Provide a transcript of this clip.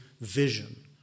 vision